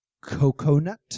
Coconut